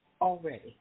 already